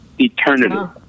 Eternity